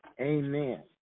Amen